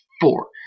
Four